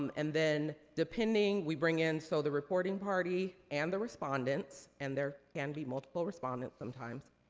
um and then, depending, we bring in, so, the reporting party, and the respondents, and there can be multiple respondents sometimes.